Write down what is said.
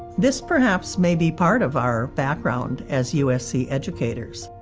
this perhaps may be part of our background as usc educators,